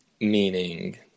Meaning